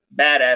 badass